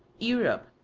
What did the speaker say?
europe,